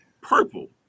purple